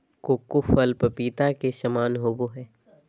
cocoa फल पपीता के समान होबय हइ